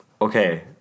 Okay